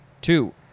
two